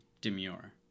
Demure